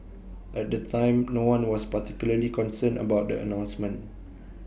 at the time no one was particularly concerned about the announcement